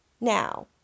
Now